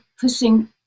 pushing